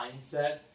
mindset